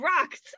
rocks